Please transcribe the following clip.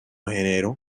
género